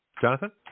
Jonathan